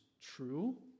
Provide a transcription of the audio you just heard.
true